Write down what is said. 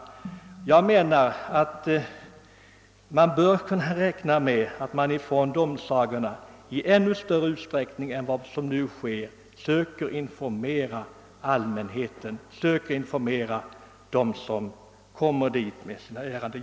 Enligt min uppfattning borde man kunna räkna med att domsagorna i ännu större utsträckning än som nu sker söker informera dem som kommer dit i hithörande ärenden.